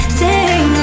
sing